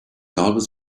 always